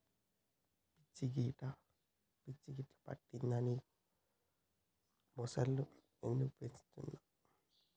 పిచ్చి గిట్టా పట్టిందా నీకు ముసల్లను ఎందుకు పెంచుతున్నవ్